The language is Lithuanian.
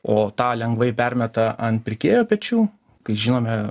o tą lengvai permeta ant pirkėjo pečių kai žinome